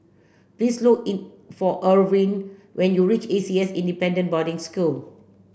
please look for Irwin when you reach A C S Independent Boarding School